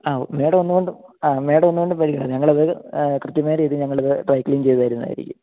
ആ മാഡം ഒന്നുകൊണ്ടും ആ മാഡം ഒന്നുകൊണ്ടും പേടിക്കണ്ട ഞങ്ങള് അതായത് കൃത്യമായ രീതിയില് ഞങ്ങളിത് ഡ്രൈ ക്ലീന് ചെയ്ത് തരുന്നതായിരിക്കും